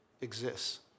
exists